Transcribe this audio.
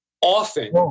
Often